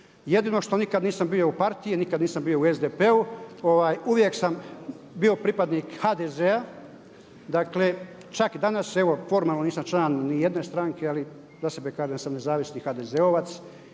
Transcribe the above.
Jedino što nikad nisam bio u Partiji jer nikad nisam bio u SDP-u, uvijek sam bio pripadnik HDZ-a. Dakle, čak danas evo formalno nisam član nijedne stranke ali za sebe kažem da sam nezavisni HDZ-ovac